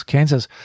Kansas